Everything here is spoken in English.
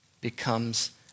becomes